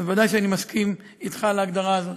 ודאי שאני מסכים אתך על ההגדרה הזאת.